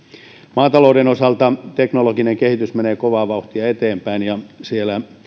maatalouden osalta teknologinen kehitys menee kovaa vauhtia eteenpäin ja siellä